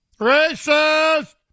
Racist